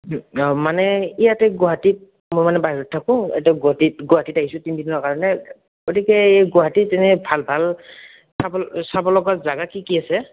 অঁ মানে ইয়াতে গুৱাহাটীত মোৰ মানে বাহিৰত থাকোঁ ইয়াতে গুৱাহাটীত গুৱাহাটীত আহিছোঁ তিনিদিনৰ কাৰণে গতিকে গুৱাহাটীত এনেই ভাল ভাল চাবলগা চাবলগা জেগা কি কি আছে